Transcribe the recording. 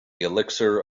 elixir